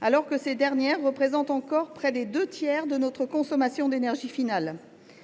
alors que ces dernières représentent encore près de deux tiers de notre consommation d’énergie finale